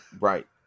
Right